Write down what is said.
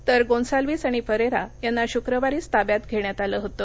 तर गोन्साल्विस आणि फरस्तियांना शुक्रवारीच ताब्यात घस्तित आलं होतं